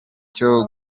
cyo